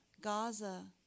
Gaza